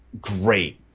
great